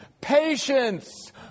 patience